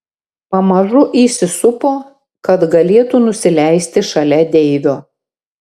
pamažu įsisupo kad galėtų nusileisti šalia deivio